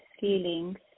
feelings